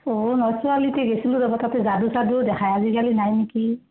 ছোৱালীতে গৈছিলো ৰ'ব তাতে যাদু চাদু দেখায় আজিকালি নাই নেকি